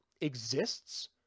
exists